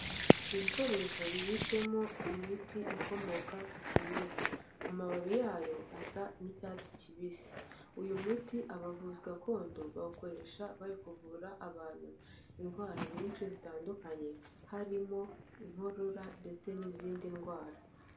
Ibikoresho bibitsemo imiti ikomoka ku kimera, amababi yayo asa n'icyatsi kibisi, uyu muti abavuzi gakondo bawukoresha bari kuvura abantu indwara nyinshi zitandukanye, harimo inkorora ndetse n'izindi ndwara.